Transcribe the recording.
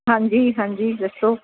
ਹਾਂਜੀ ਹਾਂਜੀ ਦੱਸੋ